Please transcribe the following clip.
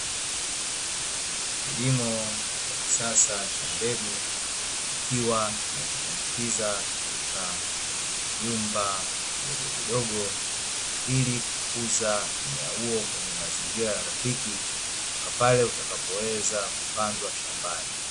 Kilimo cha kisasa cha mbegu, kikiwa kimezipandikiza katika vyumba vidogovidogo, ili kukuza mmea huo kwenye mazingira rafiki, mpaka pale utakapoweza kupandwa shambani.